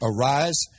Arise